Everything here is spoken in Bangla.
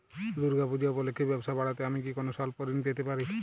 দূর্গা পূজা উপলক্ষে ব্যবসা বাড়াতে আমি কি কোনো স্বল্প ঋণ পেতে পারি?